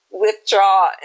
withdraw